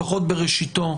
לפחות בראשיתו,